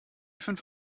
fünf